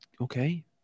Okay